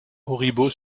auribeau